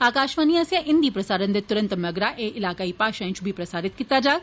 आकाशवाणी आसेआ हिंदी प्रसारण दे तुरत मगरा एह् इलाकाई भाषाएं च बी प्रसारण कीता जाग